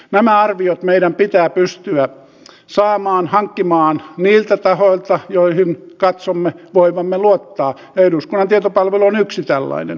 nämä arviot meidän pitää pystyä saamaan hankkimaan niiltä tahoilta joihin katsomme voivamme luottaa ja eduskunnan tietopalvelu on yksi tällainen